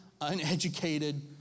uneducated